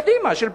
קדימה של פלסנר,